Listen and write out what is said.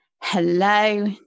Hello